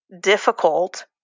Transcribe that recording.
difficult